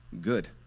good